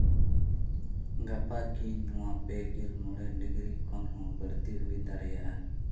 ᱜᱟᱯᱟ ᱠᱤ ᱱᱚᱣᱟ ᱯᱮ ᱜᱮᱞ ᱢᱚᱬᱮ ᱰᱤᱜᱽᱨᱤ ᱠᱷᱚᱱ ᱵᱟᱹᱲᱛᱤ ᱦᱩᱭ ᱫᱟᱲᱮᱭᱟᱜᱼᱟ